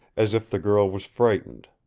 as if the girl was frightened.